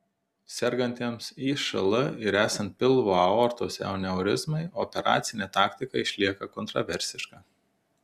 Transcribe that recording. sergantiems išl ir esant pilvo aortos aneurizmai operacinė taktika išlieka kontraversiška